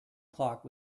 clock